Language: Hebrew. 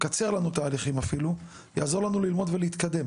מקצר לנו אפילו תהליכים, יעזור לנו ללמוד ולהתקדם.